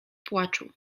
płaczu